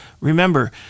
Remember